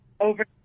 over